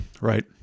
Right